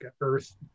Earth